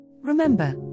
Remember